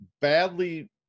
badly